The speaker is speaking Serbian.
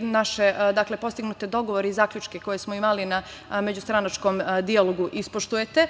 naše postignute dogovore i zaključke koje smo imali na međustranačkom dijalogu ispoštujete,